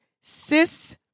cis